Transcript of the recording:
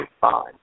fine